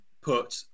put